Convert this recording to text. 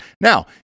Now